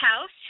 house